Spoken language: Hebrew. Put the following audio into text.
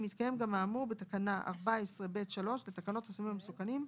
אם התקיים גם האמור בתקנה 14(ב)(3) לתקנות הסמים המסוכנים,